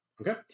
Okay